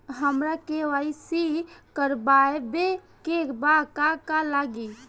हमरा के.वाइ.सी करबाबे के बा का का लागि?